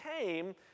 came